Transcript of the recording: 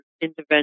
intervention